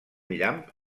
llamp